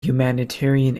humanitarian